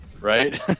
Right